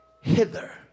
hither